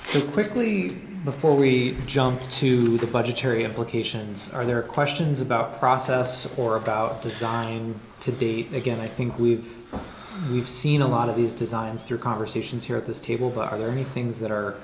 it quickly before we jump to the budgetary implications or there are questions about process or about design to date again i think we've seen a lot of these designs through conversations here at this table but are there any things that are